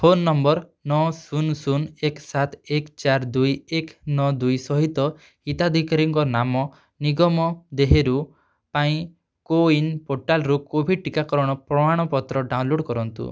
phone number ନଅ ଶୂନ ଶୂନ ଏକ ସାତ ଏକ ଚାରି ଦୁଇ ଏକ ନଅ ଦୁଇ ସହିତ ହିତାଧିକାରୀଙ୍କ ନାମ ନିଗମ ଦେହେରୁ ପାଇଁ କୋୱିନ୍ ପୋର୍ଟାଲ୍ରୁ କୋଭିଡ଼୍ ଟିକାକରଣ ପ୍ରମାଣପତ୍ର ଡାଉନଲୋଡ଼୍ କରନ୍ତୁ